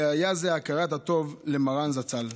והיה זה הכרת הטוב למרן זצ"ל.